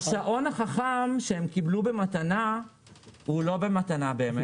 השעון החכם שהם קיבלו במתנה הוא לא במתנה באמת,